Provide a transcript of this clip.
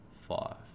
five